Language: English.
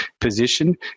position